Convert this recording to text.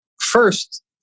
First